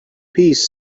piece